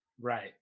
Right